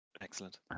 excellent